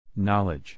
Knowledge